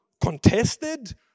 contested